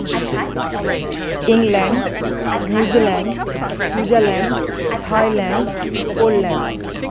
England New Zealand Switzerland Thailand Poland